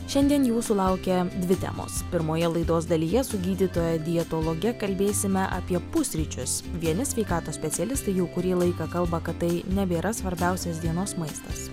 šiandien jūsų laukia dvi temos pirmoje laidos dalyje su gydytoja dietologe kalbėsime apie pusryčius vieni sveikatos specialistai jau kurį laiką kalba kad tai nebėra svarbiausias dienos maistas